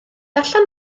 allan